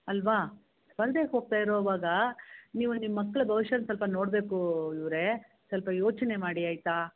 ಅಲ್ಲವಾ ಸ್ಪರ್ಧೆಗೆ ಹೋಗ್ತಯಿರೋವಾಗ ನೀವು ನಿಮ್ಮ ಮಕ್ಳ ಭವಿಷ್ಯನ ಸ್ವಲ್ಪ ನೋಡ್ಬೇಕು ಇವರೇ ಸ್ವಲ್ಪ ಯೋಚನೆ ಮಾಡಿ ಆಯಿತಾ